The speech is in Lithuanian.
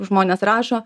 žmonės rašo